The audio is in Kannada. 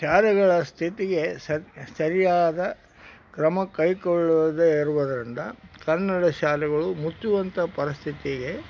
ಶಾಲೆಗಳ ಸ್ಥಿತಿಗೆ ಸರಿಯಾದ ಕ್ರಮ ಕೈಗೊಳ್ಳದೆ ಇರುವುದರಿಂದ ಕನ್ನಡ ಶಾಲೆಗಳು ಮುಚ್ಚುವಂಥ ಪರಿಸ್ಥಿತಿಗೆ